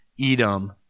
Edom